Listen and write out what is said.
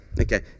Okay